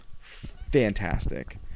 Fantastic